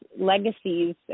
legacies